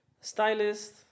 Stylist